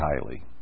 highly